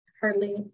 hardly